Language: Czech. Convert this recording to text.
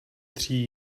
tří